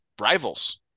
rivals